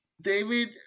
David